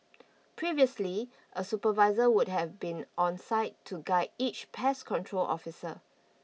previously a supervisor would have been on site to guide each pest control officer